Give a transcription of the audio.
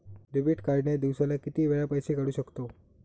Debit card ने दिवसाला किती वेळा पैसे काढू शकतव?